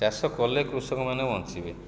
ଚାଷ କଲେ କୃଷକମାନେ ବଞ୍ଚିବେ